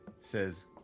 says